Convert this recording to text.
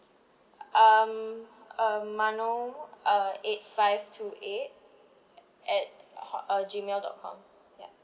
um um mano uh eight five two eight at hot~ uh G mail dot com ya